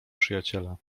przyjaciela